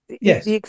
Yes